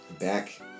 back